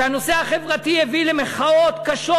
שהנושא החברתי הביא בתוכה למחאות קשות